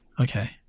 Okay